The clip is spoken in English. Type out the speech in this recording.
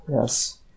Yes